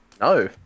No